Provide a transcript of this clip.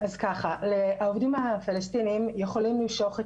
העובדים הפלסטינים יכולים למשוך את